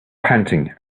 panting